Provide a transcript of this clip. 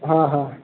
હા હા